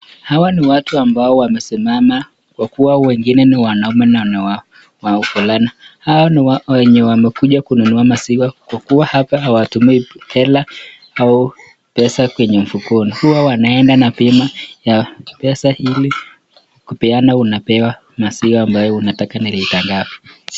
Hawa ni watu ambao wamesimama kwa kuwa wengine ni wanaume na wavulana. Hao ni wenye wamekuja kununua maziwa kwa kuwa hapa hawatumii hela au pesa kwenye mfukoni. huwa wanaenda na pima ya pesa ili ukionyesha unapewa maziwa ambayo unataka ni lita ngapi.